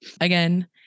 Again